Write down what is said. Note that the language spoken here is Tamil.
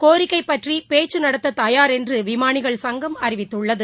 கோரிக்கை பற்றி பேச்சு நடத்த தயார் என்று விமானிகள் சங்கம் அறிவித்துள்ளது